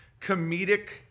comedic